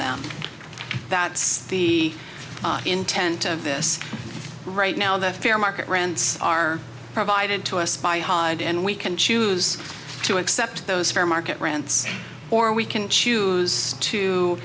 them that's the intent of this right now the fair market rents are provided to us by hyde and we can choose to accept those fair market rents or we can choose